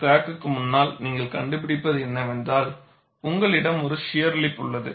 கிராக்குக்கு முன்னால் நீங்கள் கண்டுபிடிப்பது என்னவென்றால் உங்களிடம் ஒரு ஷியர் லிப் உள்ளது